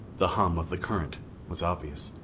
the hum of the current was obvious.